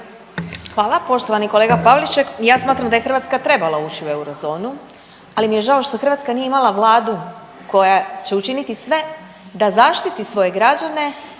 Hvala. Poštovani kolega Pavliček. Ja smatram da je Hrvatska trebala ući u eurozonu, ali mi je žao što Hrvatska nije imala vladu koja će učiniti sve da zaštiti svoje građane,